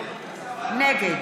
נגד